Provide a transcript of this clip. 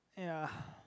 ya